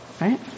Right